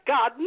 God